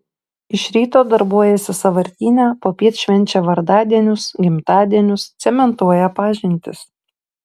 iš ryto darbuojasi sąvartyne popiet švenčia vardadienius gimtadienius cementuoja pažintis